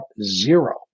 zero